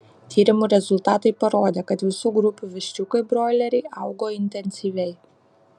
tyrimų rezultatai parodė kad visų grupių viščiukai broileriai augo intensyviai